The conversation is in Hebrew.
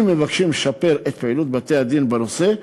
אם מבקשים לשפר את פעילות בתי-הדין בנושא,